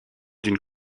d’une